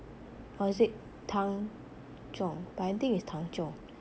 or is it 汤种 but I think it's 汤种